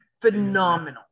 phenomenal